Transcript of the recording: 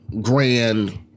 grand